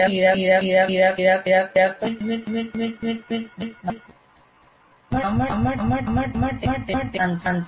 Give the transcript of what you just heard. જ્યારે આપ તેને જોડતા હો ત્યારે વિદ્યાર્થીઓ તેમના હાલના જ્ઞાન અથવા હાલના માનસિક મોડેલ સાથે નવી માહિતીને જોડતા હોય છે